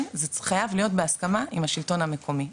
כן זה חייב להיות בהסכמה עם השלטון המקומי,